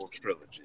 trilogy